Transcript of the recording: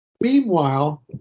Meanwhile